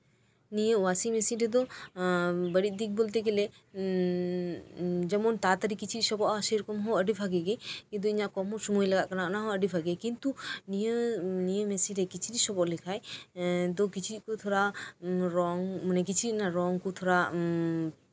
ᱱᱤᱭᱟᱹ washing machine ᱨᱮᱫᱚ ᱵᱟᱹᱲᱤᱡ ᱫᱤᱠ ᱵᱚᱞᱛᱮ ᱜᱮᱞᱮ ᱡᱮᱢᱚᱱ ᱛᱟᱲᱟᱛᱟᱲᱤ ᱠᱤᱪᱨᱤᱪ ᱥᱚᱵᱚᱫᱚᱜᱼᱟ ᱥᱮᱭ ᱨᱚᱠᱚᱢ ᱟᱹᱰᱤ ᱵᱷᱟᱹᱜᱤ ᱜᱮ ᱠᱤᱱᱛᱩ ᱤᱧᱟᱹᱜ ᱠᱚᱢ ᱥᱚᱢᱚᱭ ᱞᱟᱜᱟᱜ ᱠᱟᱱᱟ ᱚᱱᱟᱦᱚᱸ ᱟᱹᱰᱤ ᱵᱷᱟᱹᱜᱤ ᱜᱮ ᱠᱤᱱᱛᱩ ᱱᱤᱭᱟᱹ ᱱᱤᱭᱟᱹ ᱢᱮᱥᱤᱱᱨᱮ ᱠᱤᱪᱨᱤᱪ ᱥᱚᱵᱚᱫ ᱞᱮᱠᱷᱟᱱ ᱫᱚ ᱠᱤᱪᱨᱤᱡᱽ ᱠᱚ ᱛᱷᱚᱲᱟ ᱨᱚᱝ ᱛᱷᱚᱲᱟ ᱢᱟᱱᱮ ᱠᱤᱪᱨᱤᱪ ᱨᱮᱭᱟᱜ ᱨᱚᱝ ᱠᱚ ᱛᱷᱚᱲᱟ